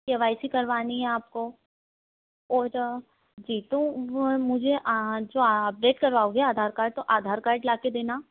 के Y C करवानी है आपको ओर जी तो मुझे जो अपडेट करवाओगे आधार कार्ड तो आधार कार्ड ला के देना